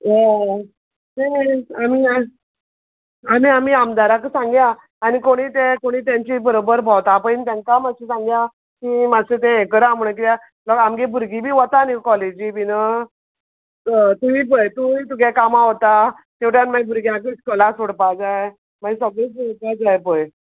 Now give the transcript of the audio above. हय ते मेरेन आमी आ आमी आमी आमदाराक सांगया आनी कोणूय ते कोणी तांची बरबर भोंवता पय न्ही तांकां मातशी सांगया की मात्शें तें हें करा म्हण किद्या लोक आमगे भुरगीं बी वता न्ही गो कॉलेजी बीन हय तूंय पय तूंय तुगे कामा वता तेवट्यान माय भुरग्यांकूय स्कॉला सोडपा जाय मागीर सगळें पळय